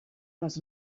les